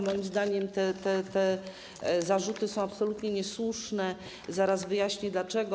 Moim zdaniem, te zarzuty są absolutnie niesłuszne, zaraz wyjaśnię dlaczego.